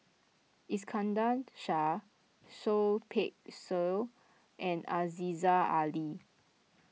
Iskandar Shah Seah Peck Seah and Aziza Ali